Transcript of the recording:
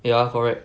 ya correct